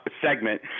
segment